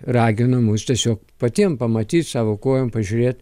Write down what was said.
ragino mus tiesiog patiem pamatyt savo kojom pažiūrėt